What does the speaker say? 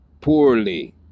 poorly